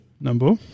number